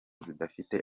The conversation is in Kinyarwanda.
zidafite